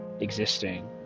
existing